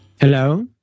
Hello